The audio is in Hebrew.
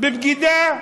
בבגידה.